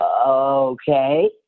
okay